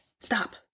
stop